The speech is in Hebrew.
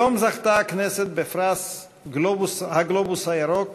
היום זכתה הכנסת בפרס "הגלובוס הירוק"